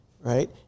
Right